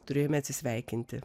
turėjome atsisveikinti